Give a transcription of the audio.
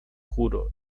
juro